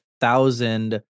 thousand